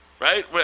right